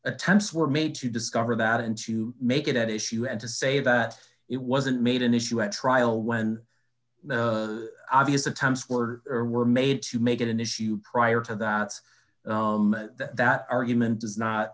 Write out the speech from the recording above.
attempts were made to discover that and to make it at issue and to say that it wasn't made an issue at trial when the obvious attempts were or were made to make it an issue prior to that that argument does not